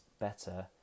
better